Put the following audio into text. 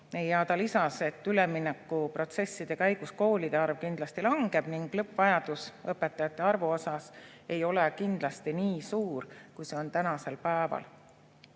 Ja ta lisas, et üleminekuprotsesside käigus koolide arv kindlasti langeb ning lõppvajadus õpetajate arvu osas ei ole kindlasti nii suur, kui see on tänasel päeval.